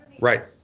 Right